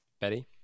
Betty